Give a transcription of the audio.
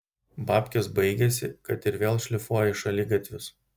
babkės baigėsi kad ir vėl šlifuoji šaligatvius